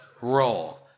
roll